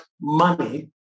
money